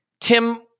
Tim